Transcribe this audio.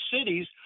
cities